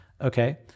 okay